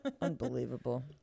Unbelievable